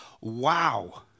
wow